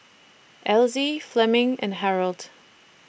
Elzie Fleming and Harold